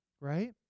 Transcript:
right